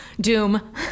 doom